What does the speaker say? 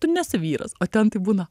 tu nesi vyras o ten tai būna